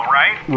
right